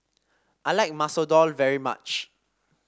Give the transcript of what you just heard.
I like Masoor Dal very much